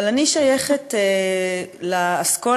אבל אני שייכת לאסכולה,